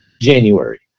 January